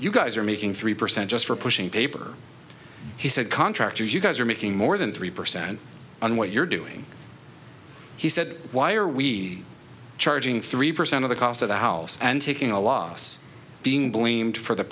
you guys are making three percent just for pushing paper he said contractors you guys are making more than three percent on what you're doing he said why are we charging three percent of the cost of the house and taking a loss being